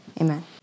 Amen